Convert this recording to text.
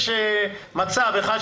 יש מצב כזה,